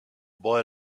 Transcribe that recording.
boy